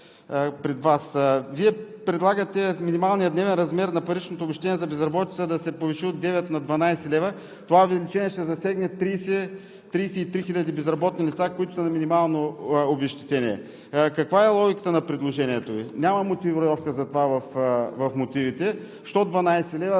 пред Вас. Вие предлагате минималният дневен размер на паричното обезщетение за безработица да се повиши от 9 лв. на 12 лв. Това увеличение ще засегне 33 хиляди безработни лица, които са на минимално обезщетение. Каква е логиката на предложението Ви? Няма мотивировка за това в мотивите. Защо 12 лв.?